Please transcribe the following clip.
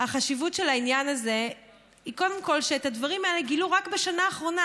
של העניין הזה היא קודם כול שאת הדברים האלה גילו רק בשנה האחרונה.